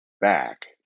back